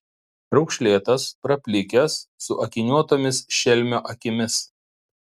raukšlėtas praplikęs su akiniuotomis šelmio akimis